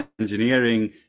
engineering